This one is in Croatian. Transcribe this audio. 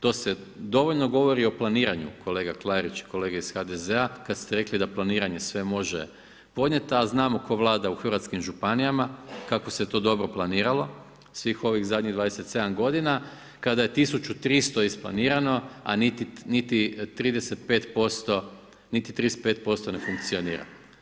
To dovoljno govori o planiranju kolega Klarić i kolega iz HDZ-a kad ste rekli da planiranje sve može podnijeti, a znamo tko vlada u hrvatskim županijama, kako se to dobro planiralo svih ovih zadnjih 27 godina kada je 1300 isplanirano a niti 35% ne funkcionira.